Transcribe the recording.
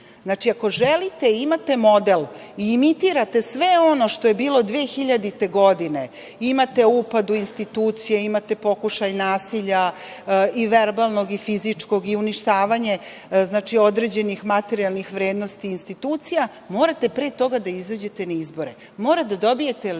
izbora. Ako želite imate model i imitirate sve ono što je bilo 2000. godine, imate upad u institucije, imate pokušaj nasilja i verbalnog i fizičkog i uništavanje određenih materijalnih vrednosti institucija, morate pre toga da izađete na izbore,